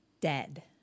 dead